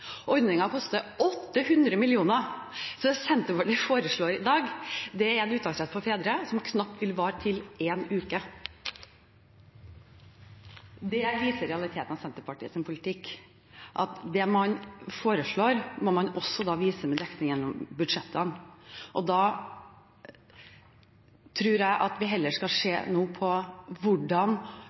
koster 800 mill. kr, så det Senterpartiet foreslår i dag, er en uttaksrett for fedre som vil vare knapt en uke. Det viser realitetene i Senterpartiets politikk. Det man foreslår, må man også vise gjennom dekning i budsjettene. Jeg tror heller vi skal se på